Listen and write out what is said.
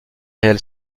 réel